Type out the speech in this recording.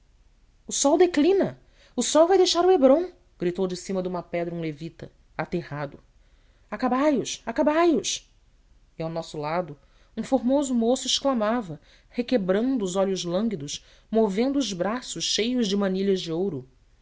o sol declina o sol vai deixar o hébron gritou de cima de uma pedra um levita aterrado acabai os acabai os e ao nosso lado um formoso moço exclamava requebrando os olhos lânguidos movendo os braços cheios de manilhas de ouro